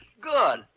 Good